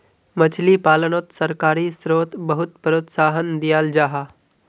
मछली पालानोत सरकारी स्त्रोत बहुत प्रोत्साहन दियाल जाहा